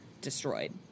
destroyed